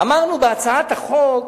אמרנו בהצעת החוק,